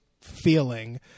feeling